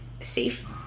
safe